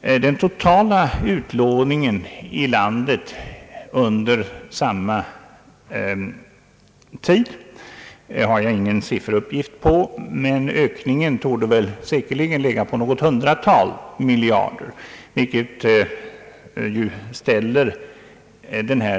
Den totala utlåningen i landet under samma tid har jag ingen sifferuppgift på, men ökningen torde säkerligen ligga på något hundratal miljarder kronor, vilket ju ställer